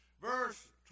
verse